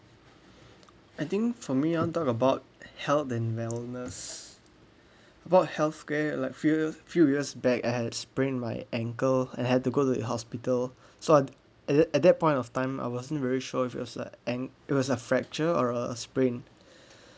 I think for me want talk about health and wellness about healthcare like few year few years back I had sprain my ankle I had to go to the hospital so at that at that point of time I wasn't very sure if it was an ank~ it was a fracture or a sprain